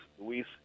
Luis